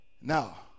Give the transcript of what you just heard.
Now